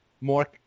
more